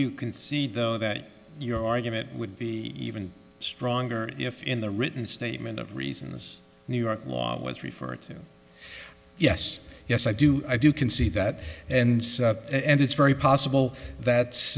you concede though that your argument would be even stronger if in the written statement of reasons new york law was referred to yes yes i do i do can see that and it's very possible that